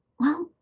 well,